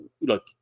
look